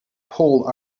paul